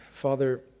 Father